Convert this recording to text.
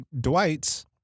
dwight's